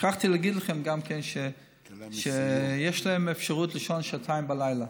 שכחתי להגיד לכם גם שיש להם אפשרות לישון שעתיים בלילה,